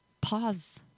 pause